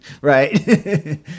Right